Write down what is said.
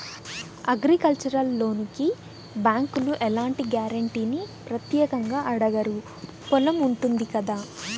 agricultural లోనుకి బ్యేంకులు ఎలాంటి గ్యారంటీనీ ప్రత్యేకంగా అడగరు పొలం ఉంటుంది కదా